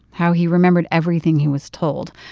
how he remembered everything he was told.